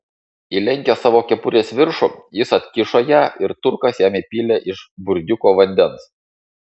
įlenkęs savo kepurės viršų jis atkišo ją ir turkas jam įpylė iš burdiuko vandens